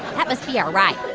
that must be our ride.